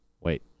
Wait